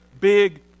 big